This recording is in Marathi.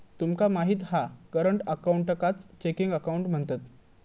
तुमका माहित हा करंट अकाऊंटकाच चेकिंग अकाउंट म्हणतत